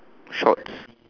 shorts